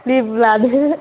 लेबु लादो